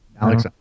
Alex